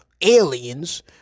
aliens